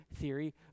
theory